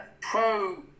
pro